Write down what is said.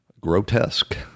grotesque